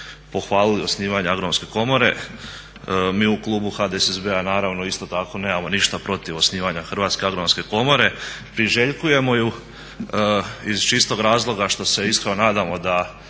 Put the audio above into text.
pohvalili osnivanje Agronomske komore. Mi u klubu HDSSB-a naravno isto tako nemamo ništa protiv osnivanja Hrvatske agronomske komore, priželjkujemo je iz čistog razloga što se iskreno nadamo da